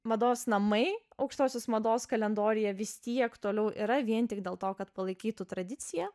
mados namai aukštosios mados kalendoriuje vis tiek toliau yra vien tik dėl to kad palaikytų tradiciją